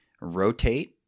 rotate